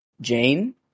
Jane